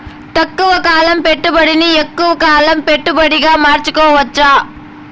తక్కువ కాలం పెట్టుబడిని ఎక్కువగా కాలం పెట్టుబడిగా మార్చుకోవచ్చా?